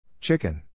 Chicken